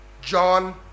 John